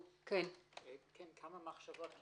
כמה מחשבות, כי